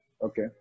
Okay